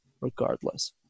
regardless